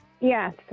Yes